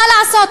מה לעשות,